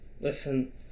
Listen